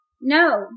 No